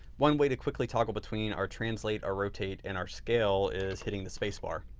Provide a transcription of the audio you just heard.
one way to quickly toggle between our translate our rotate and our scale is hitting the space bar.